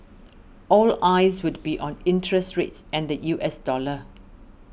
all eyes would be on interest rates and the U S dollar